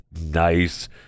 nice